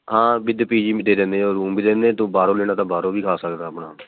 ਹਾਂ with PG ਵੀ ਦੇ ਦਿੰਦੇ ਆ ਰੂਮ ਵੀ ਦੇ ਦਿੰਦੇ ਤੂੰ ਬਾਹਰੋਂ ਲੈਣਾ ਤਾਂ ਬਾਹਰੋਂ ਵੀ ਖਾ ਸਕਦਾ ਆਪਣਾ